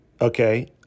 Okay